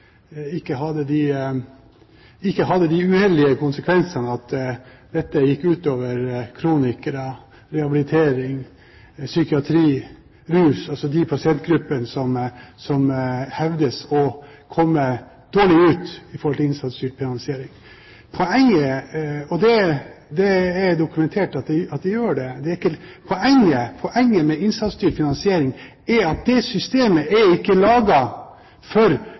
ikke har de uheldige konsekvensene at dette går ut over kronikere, rehabilitering, psykiatri, rus – altså de pasientgruppene som hevdes å komme dårlig ut med innsatsstyrt finansiering. Og det er dokumentert at de gjør det. Poenget er at systemet med innsatsstyrt finansiering ikke er laget for det som er hovedlinjen i Samhandlingsreformen, nemlig forebyggende helse, nemlig folkehelse, nemlig tidlig innsats. ISF-systemet er laget for